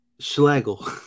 Schlegel